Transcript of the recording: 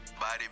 Body